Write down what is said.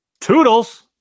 Toodles